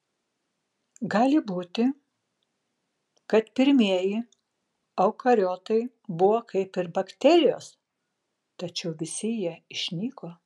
gali būti kad pirmieji eukariotai buvo kaip ir bakterijos tačiau visi jie išnyko